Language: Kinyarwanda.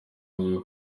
avuga